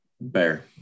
Bear